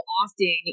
often